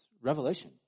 revelation